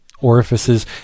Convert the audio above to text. orifices